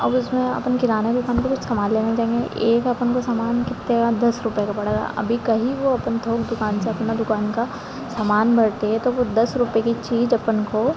अब उसमें अपन किराना के दुकान पे कुछ सामान लेने जायेंगे एक अपन को सामान कितने का दस रुपए का पड़ेगा अभी कहीं वो अपन थोक दुकान से अपना दुकान का सामान भरते हैं तो वो दस रुपए की चीज अपन को